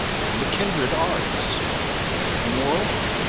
and the kindred arts moreover,